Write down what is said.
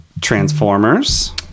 Transformers